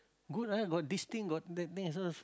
good ah got this thing got that things